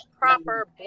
proper